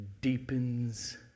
deepens